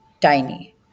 tiny